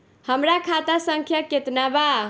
हमरा खाता संख्या केतना बा?